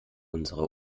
unsere